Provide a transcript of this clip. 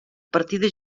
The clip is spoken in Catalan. partida